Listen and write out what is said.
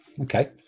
Okay